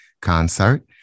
concert